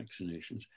vaccinations